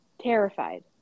Terrified